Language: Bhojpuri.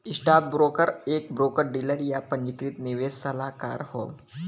स्टॉकब्रोकर एक ब्रोकर डीलर, या पंजीकृत निवेश सलाहकार हौ